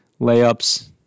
layups